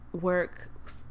work